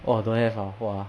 !wah! don't have ah !wah!